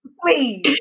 please